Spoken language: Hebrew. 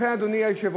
לכן, אדוני היושב-ראש,